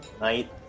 night